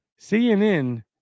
CNN